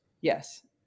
Yes